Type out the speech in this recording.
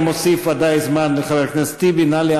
אני מוסיף ודאי זמן לחבר הכנסת טיבי.